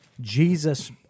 Jesus